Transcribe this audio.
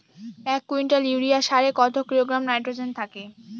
এক quintal urea সারে কত কিলোগ্রাম নাইট্রোজেন থাকে?